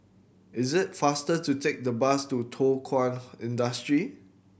is it faster to take the bus to Thow Kwang Industry